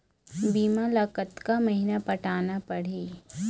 बीमा ला कतका महीना पटाना पड़ही?